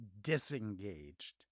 disengaged